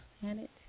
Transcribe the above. planet